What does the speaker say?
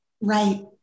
Right